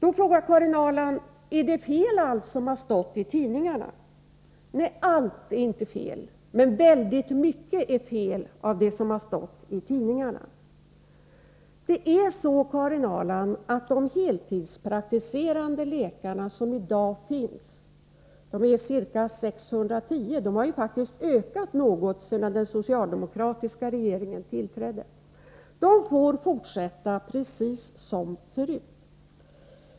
Karin Ahrland frågar om allt är fel som har sagts i tidningarna. Svaret blir: Nej, inte allt, men väldigt mycket. Det förhåller sig nämligen på det sättet, Karin Ahrland, att de heltidspraktikserande läkare som i dag finns — det gäller 610 läkare, och antalet har faktiskt ökat något sedan den socialdemokratiska regeringen tillträdde — får fortsätta med sin verksamhet precis som förut.